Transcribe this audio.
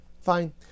Fine